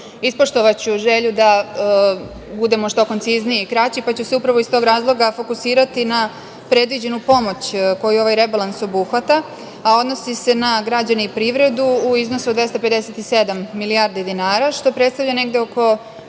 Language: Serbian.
društva. Ispoštovaću želju da budemo što koncizniji i kraći, pa ću se upravo iz tog razloga fokusirati na predviđenu pomoć koju ovaj rebalans obuhvata, a odnosi se na građane i privredu, u iznosu od 257 milijardi dinara, što predstavlja nešto oko